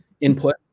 input